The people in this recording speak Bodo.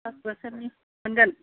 पास बोसोरनि मोनगोन